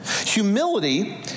Humility